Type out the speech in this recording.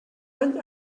any